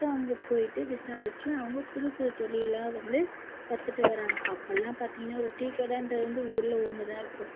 so அங்கே போய்ட்டு விசாரித்து அவங்க புதுப்புது தொழிலா வந்து கத்துட்டு வராங்க அப்போலாம் பார்த்தீங்கன்னா ஒரு டீ கடைன்றது வந்து ஊரில் ஒன்று தான் இருக்கும்